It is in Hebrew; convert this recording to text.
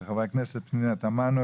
של חברי הכנסת פנינה תמנו,